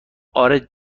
آره